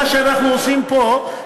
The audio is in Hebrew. מה שאנחנו עושים פה,